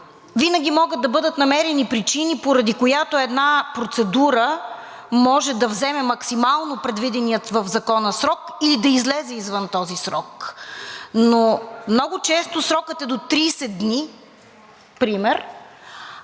винаги могат да бъдат намерени причини, поради които една процедура може да вземе максимално предвидения в закона срок или да излезе извън този срок. Но много често срокът е до 30 дни например,